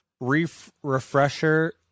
refresher